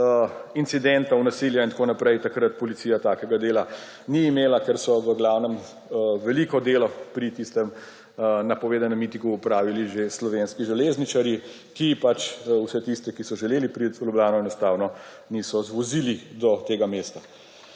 incidentov, nasilja in tako naprej, takrat Policija takega dela ni imela, ker so v glavnem veliko delo pri tistem napovedanem mitingu opravili že slovenski železničarji, ki vseh tistih, ki so želeli priti v Ljubljano, enostavno niso zvozili do tega mesta.